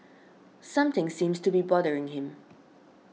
something seems to be bothering him